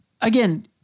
again